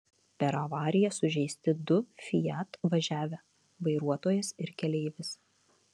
per avariją sužeisti du fiat važiavę vairuotojas ir keleivis